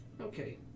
okay